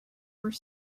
were